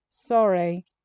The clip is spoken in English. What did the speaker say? sorry